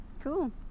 cool